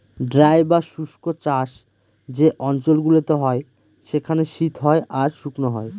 dry বা শুস্ক চাষ যে অঞ্চল গুলোতে হয় সেখানে শীত হয় আর শুকনো হয়